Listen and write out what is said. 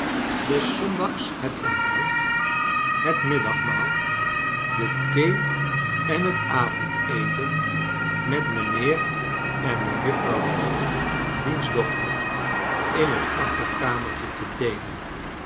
des zondags het ontbijt het middagmaal de thee en het avondeten met mijnheer en niejuffrouw rugg diens dochter in het achterkamertje te deelen